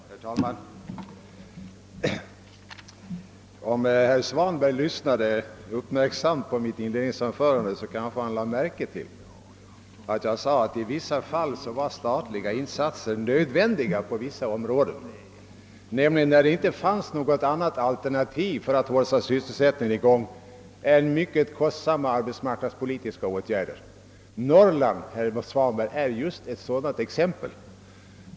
Herr talman! Om herr Svanberg lyssnade uppmärksamt på mitt inledningsanförande, lade han kanske märke till alt jag sade att statliga insatser understundom var nödvändiga på vissa områden, när det inte fanns något annat alternativ för att hålla sysselsättningen i gång än mycket kostsamma arbetsmarknadspolitiska åtgärder. Norrland, herr Svanberg, är just ett sådant exempel.